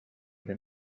than